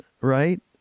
right